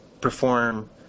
perform